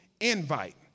invite